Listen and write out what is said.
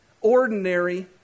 ordinary